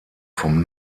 vom